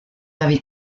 laver